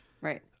Right